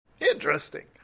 Interesting